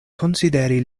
konsideri